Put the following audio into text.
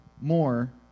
more